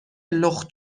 لخت